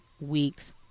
weeks